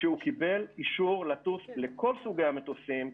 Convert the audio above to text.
והוא קיבל אישור לטוס לכל סוגי המטוסים,